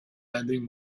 lending